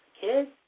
kids